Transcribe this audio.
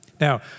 Now